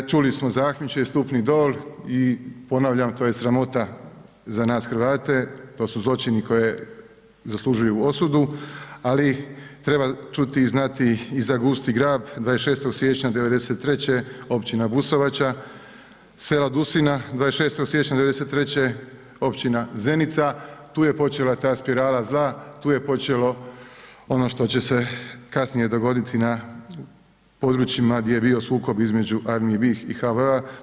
Čuli smo za Ahmiće i Stupni Dol i ponavljam, to je sramota za nas Hrvate, to su zločini koje zaslužuju osudu, ali treba čuti i znati i za Gusti Grab, 26. siječnja 93., općina Busovača, sela Dusina, 26. siječnja 93., općina Zenica, tu je počela ta spirala zla, tu je počelo ono što će se kasnije dogoditi na područjima gdje je bio sukob između Armije BiH i HVO-a.